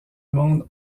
monde